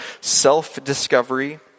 self-discovery